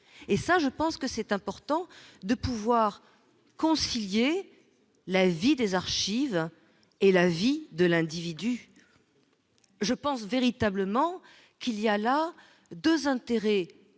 et ça je pense que c'est important de pouvoir concilier la vie des archives et la vie de l'individu, je pense véritablement qu'il y a là 2 intérêts majeurs